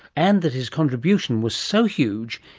and that his contribution was so huge,